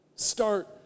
Start